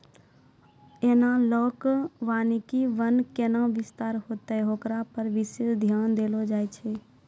एनालाँक वानिकी वन कैना विस्तार होतै होकरा पर विशेष ध्यान देलो जाय छै